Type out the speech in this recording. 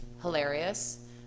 hilarious